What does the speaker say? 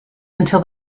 until